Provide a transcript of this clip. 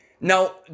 Now